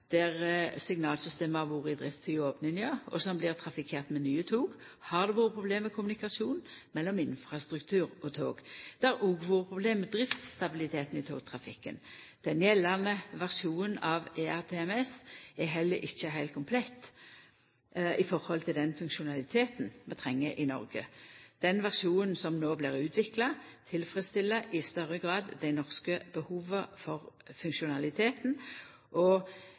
der signalsystemet har vore i drift sidan opninga, og som blir trafikkert med nye tog, har det vore problem med kommunikasjon mellom infrastruktur og tog. Det har òg vore problem med driftsstabiliteten i togtrafikken. Den gjeldande versjonen av ERTMS er heller ikkje heilt komplett i høve til den funksjonaliteten vi treng i Noreg. Den versjonen som no blir utvikla, tilfredsstiller i større grad dei norske behova for